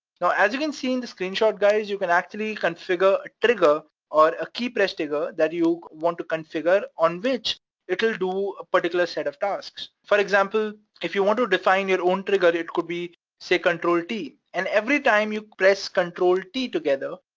now, as you can see in the screenshot guys you can actually configure a trigger or a key press trigger that you want to configure, on which it will do a particular set of tasks. for example, if you want to define your own trigger, it could be c control t, and every time you press control t together,